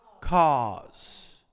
cause